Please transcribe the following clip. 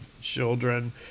children